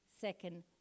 second